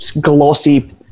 glossy